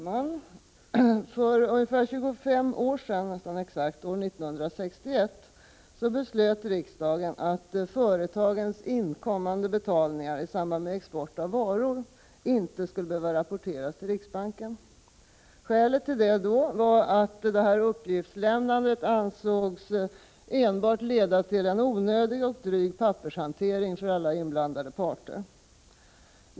Herr talman! För nästan exakt 25 år sedan — 1961 — beslöt riksdagen att företagens inkommande betalningar i samband med export av varor inte skulle behöva rapporteras till riksbanken. Skälet till detta var att uppgiftslämnandet ansågs enbart leda till en onödig och dryg pappershantering för alla inblandade parter.